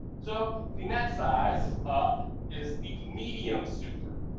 so the next size is the medium super.